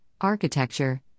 Architecture